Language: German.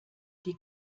die